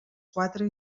quatre